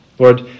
Lord